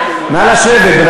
נא לשבת.